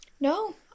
no